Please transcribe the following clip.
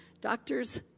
Doctors